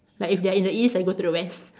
like if they are in the east I go to the west